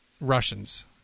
russians